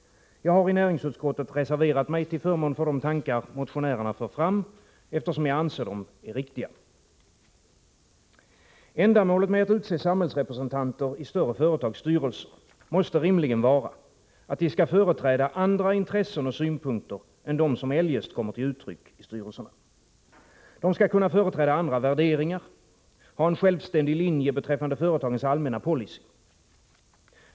Jag har i näringsutskottet reserverat mig till förmån för de tankar motionärerna för fram, eftersom jag anser att de är riktiga. Ändamålet med att utse samhällsrepresentanter i större företags styrelser måste rimligen vara att de skall företräda andra intressen och synpunkter än dem som eljest kommer till uttryck i styrelserna. De skall kunna företräda andra värderingar och ha en självständig linje beträffande företagens allmänna policy.